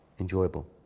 enjoyable